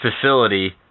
facility